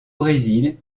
brésil